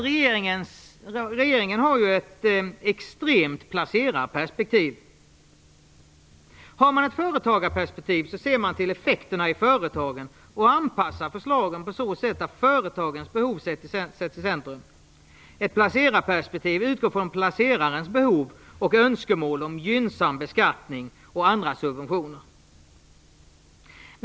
Regeringen har ett extremt placerarperspektiv. Om man har ett företagarperspektiv ser man till effekterna i företagen och anpassar förslagen på så sätt att företagens behov sätts i centrum. Ett placerarperspektiv utgår från placerarens behov och önskemål om gynnsam beskattning och andra subventioner.